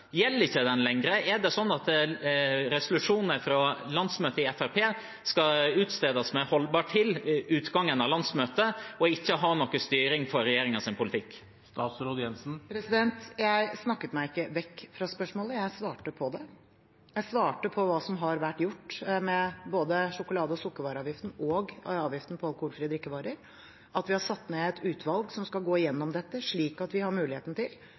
Gjelder ikke den lenger? Er det sånn at resolusjoner fra landsmøter i Fremskrittspartiet skal utstedes med «holdbar til utgangen av landsmøtet», og ikke ha noen styring for regjeringens politikk? Jeg snakket meg ikke vekk fra spørsmålet, jeg svarte på det. Jeg svarte på hva som har vært gjort med både sjokolade- og sukkervareavgiften og avgiften på alkoholfrie drikkevarer, at vi har satt ned et utvalg som skal gå gjennom dette, slik at vi har muligheten til